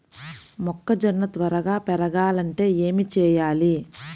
మొక్కజోన్న త్వరగా పెరగాలంటే ఏమి చెయ్యాలి?